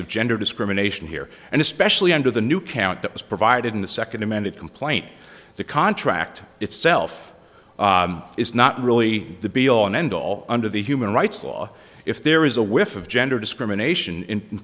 of gender discrimination here and especially under the new count that was provided in the second amended complaint the contract itself is not really the be all and end all under the human rights law if there is a whiff of gender discrimination in